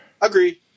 Agree